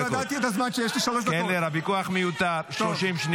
אני מדדתי את הזמן שיש לי, שלוש דקות.